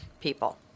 people